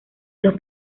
los